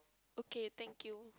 okay thank you